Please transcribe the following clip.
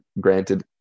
Granted